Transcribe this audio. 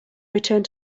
returned